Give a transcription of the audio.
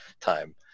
time